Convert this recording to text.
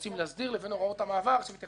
להסדיר להוראות המעבר שמתייחסות גם אחורה.